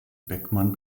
beckmann